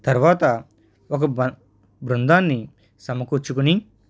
తర్వాత ఒక బ బృందాన్ని సమకూర్చుకుని